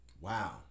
Wow